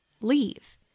leave